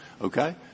Okay